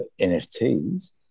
NFTs